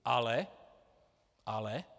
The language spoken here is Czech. Ale ale